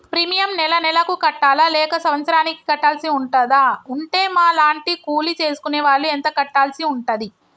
Premium నెల నెలకు కట్టాలా లేక సంవత్సరానికి కట్టాల్సి ఉంటదా? ఉంటే మా లాంటి కూలి చేసుకునే వాళ్లు ఎంత కట్టాల్సి ఉంటది?